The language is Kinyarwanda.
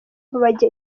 bajya